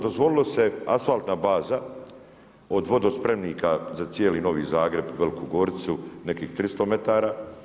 Dozvolilo se asfaltna baza od vodospremnika za cijeli Novi Zagreb, Veliku Goricu nekih 300 metara.